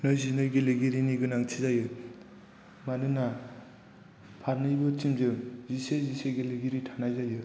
नैजिनै गेलेगिरिनि गोनांथि जायो मानोना फारनैबो टिम जों जिसे जिसे गेलेगिरि थानाय जायो